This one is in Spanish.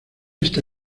esta